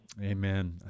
Amen